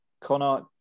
Connor